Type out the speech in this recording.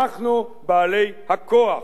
אנחנו בעלי הכוח,